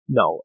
no